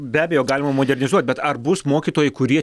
be abejo galima modernizuot bet ar bus mokytojai kurie